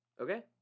Okay